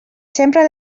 sempre